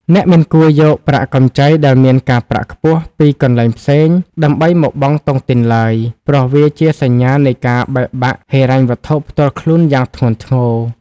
អ្នកមិនគួរយក "ប្រាក់កម្ចីដែលមានការប្រាក់ខ្ពស់" ពីកន្លែងផ្សេង ដើម្បីមកបង់តុងទីនឡើយ ព្រោះវាជាសញ្ញានៃការបែកបាក់ហិរញ្ញវត្ថុផ្ទាល់ខ្លួនយ៉ាងធ្ងន់ធ្ងរ។